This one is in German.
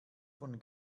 von